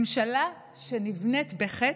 ממשלה שנבנית בחטא,